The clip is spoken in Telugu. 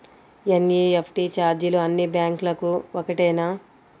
ఎన్.ఈ.ఎఫ్.టీ ఛార్జీలు అన్నీ బ్యాంక్లకూ ఒకటేనా?